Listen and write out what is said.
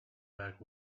back